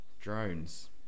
drones